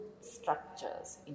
structures